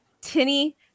tinny